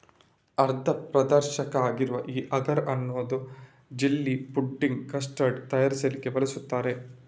ಅರ್ಧ ಪಾರದರ್ಶಕ ಆಗಿರುವ ಈ ಅಗರ್ ಅನ್ನು ಜೆಲ್ಲಿ, ಫುಡ್ಡಿಂಗ್, ಕಸ್ಟರ್ಡ್ ತಯಾರಿಸ್ಲಿಕ್ಕೆ ಬಳಸ್ತಾರೆ